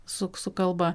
suk su kalba